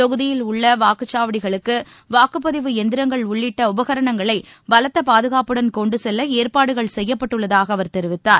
தொகுதியில் உள்ள வாக்குச்சாவடிகளுக்கு வாக்குப்பதிவு எந்திரங்கள் உள்ளிட்ட உபகரணங்களை பலத்த பாதுகாப்புடன் கொண்டு செல்ல ஏற்பாடுகள் செய்யப்பட்டுள்ளதாக அவர் தெரிவித்தார்